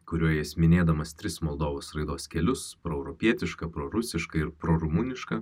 kurioj jis minėdamas tris moldovos raidos kelius proeuropietišką prorusišką ir pro rumunišką